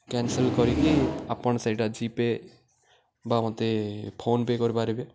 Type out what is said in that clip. cancel କରିକି ଆପଣ ସେଇଟା ଜିପେ' ବା ମତେ ଫୋନ୍ପେ' କରିପାରିବେ